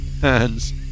hands